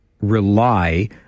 rely